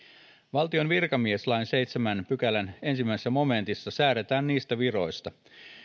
valtion virkamieslain seitsemännen pykälän ensimmäisessä momentissa säädetään niistä viroista